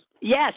Yes